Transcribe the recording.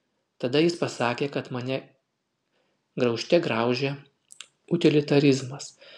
tada jis pasakė kad mane graužte graužia utilitarizmas